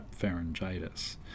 pharyngitis